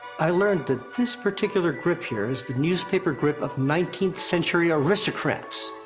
i learned that this particular grip here is the newspaper grip of nineteenth century aristocrats.